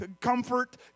comfort